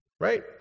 Right